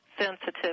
sensitive